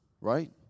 right